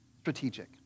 strategic